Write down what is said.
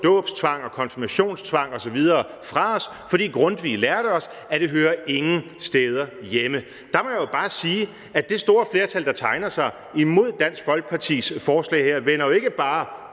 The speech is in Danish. og konfirmationstvang osv. fra os, for Grundtvig lærte os, at det ingen steder hører hjemme. Der må jeg jo sige, at det store flertal, der tegner sig imod Dansk Folkepartis forslag her, ikke bare